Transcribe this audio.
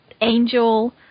Angel